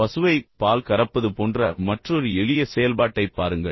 பசுவை பால் கறப்பது போன்ற மற்றொரு எளிய செயல்பாட்டைப் பாருங்கள்